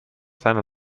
seiner